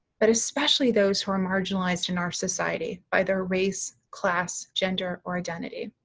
but especially those who are marginalized in our society by their race, class, gender, or identity.